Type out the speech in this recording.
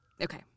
Okay